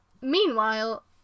meanwhile